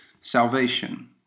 salvation